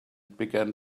began